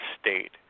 state